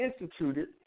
instituted